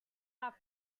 have